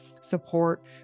support